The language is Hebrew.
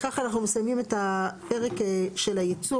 בכך אנחנו מסיימים את הפרק של הייצור